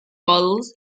models